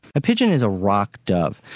a pigeon is a rock dove.